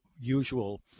usual